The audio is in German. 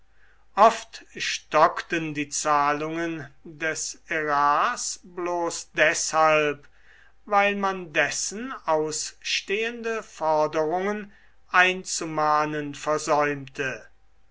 oft stockten die zahlungen des ärars bloß deshalb weil man dessen ausstehende forderungen einzumahnen versäumte